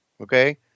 Okay